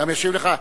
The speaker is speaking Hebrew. ישיב גם לך.